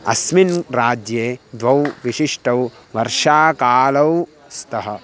अस्मिन् राज्ये द्वौ विशिष्टौ वर्षाकालौ स्तः